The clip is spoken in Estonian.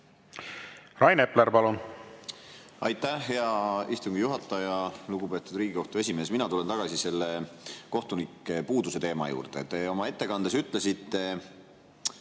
Rain Epler, palun! Aitäh, hea istungi juhataja! Lugupeetud Riigikohtu esimees! Mina tulen tagasi selle kohtunike puuduse teema juurde. Te oma ettekandes ütlesite, et